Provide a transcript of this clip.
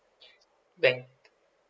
bank